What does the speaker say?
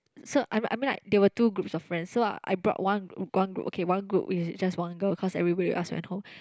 so I mean I mean like there were two group of friends so ah I brought one group one group okay one group with just one go cause everybody else went home